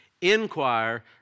Inquire